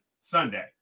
Sunday